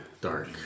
Dark